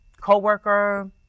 coworker